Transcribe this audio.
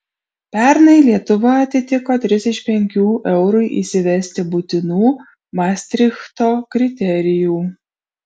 pernai lietuva atitiko tris iš penkių eurui įsivesti būtinų mastrichto kriterijų